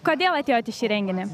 kodėl atėjote į šį renginį